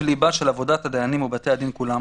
ליבה של עבודת הדיינים ובתי-הדין כולם.